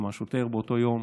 כלומר, באותו היום